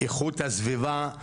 איכות הסביבה,